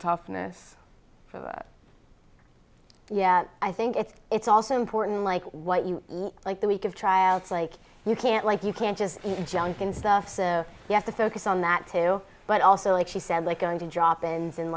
toughness for that yet i think if it's also important like what you like the week of trials like you can't like you can't just jump in stuff you have to focus on that tail but also like he said like going to drop ins